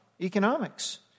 economics